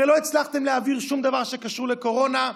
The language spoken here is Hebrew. הרי לא הצלחתם להעביר שום דבר שקשור לקורונה.